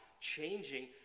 changing